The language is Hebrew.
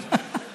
ככה